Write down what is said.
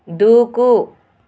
దూకు